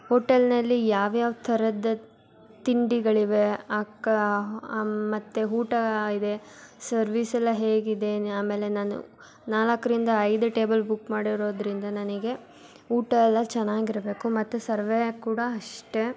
ಹೋಟೆಲ್ನಲ್ಲಿ ಯಾವ್ಯಾವ ಥರದ ತಿಂಡಿಗಳಿವೆ ಅಕ್ಕ ಮತ್ತು ಊಟ ಇದೆ ಸರ್ವಿಸ್ ಎಲ್ಲ ಹೇಗಿದೆ ಆಮೇಲೆ ನಾನು ನಾಲ್ಕರಿಂದ ಐದು ಟೇಬಲ್ ಬುಕ್ ಮಾಡಿರೋದರಿಂದ ನನಗೆ ಊಟ ಎಲ್ಲ ಚೆನ್ನಾಗಿ ಇರಬೇಕು ಮತ್ತು ಸರ್ವೇಯ ಕೂಡ ಅಷ್ಟೆ